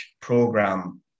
program